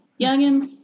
youngins